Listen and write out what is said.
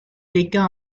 légat